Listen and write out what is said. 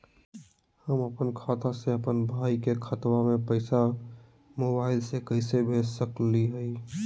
हम अपन खाता से अपन भाई के खतवा में पैसा मोबाईल से कैसे भेज सकली हई?